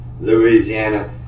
Louisiana